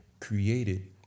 created